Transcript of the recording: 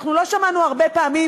אנחנו לא שמענו הרבה פעמים